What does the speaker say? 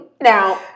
now